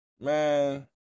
Man